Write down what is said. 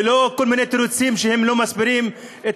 ולא כל מיני תירוצים שלא מסבירים את